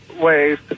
ways